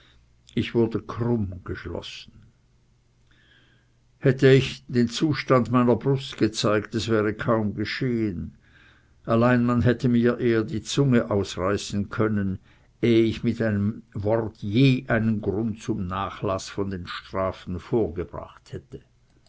ich wurde krumm geschlossen hätte ich den zustand meiner brust gezeigt es wäre kaum geschehen allein man hätte mir eher die zunge ausreißen können ehe ich mit einem wort je einen grund zum nachlaß von strafen vorgebracht hätte